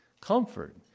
Comfort